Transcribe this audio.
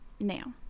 Now